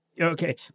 Okay